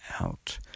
out